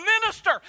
minister